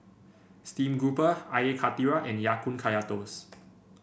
Steamed Grouper Air Karthira and Ya Kun Kaya Toast